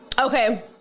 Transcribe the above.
Okay